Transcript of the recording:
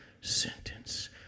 sentence